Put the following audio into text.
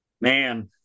Man